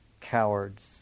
cowards